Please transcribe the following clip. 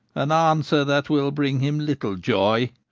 an answer that will bring him little joy.